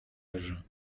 âge